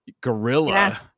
gorilla